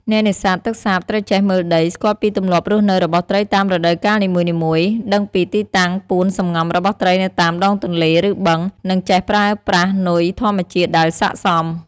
អ្នកនេសាទទឹកសាបត្រូវចេះមើលដី ស្គាល់ពីទម្លាប់រស់នៅរបស់ត្រីតាមរដូវកាលនីមួយៗ ដឹងពីទីតាំងពួនសម្ងំរបស់ត្រីនៅតាមដងទន្លេ ឬបឹង និងចេះប្រើប្រាស់នុយធម្មជាតិដែលស័ក្តិសម។